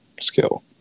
skill